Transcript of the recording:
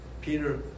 Peter